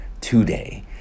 today